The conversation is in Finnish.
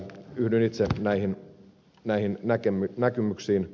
yhdyn itse näihin näkemyksiin